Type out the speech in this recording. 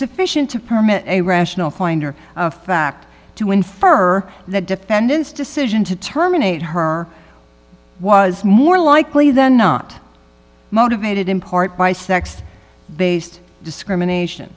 sufficient to permit a rational finder of fact to infer that defendant's decision to terminate her was more likely than not motivated in part by sex based discrimination